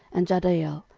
and jahdiel,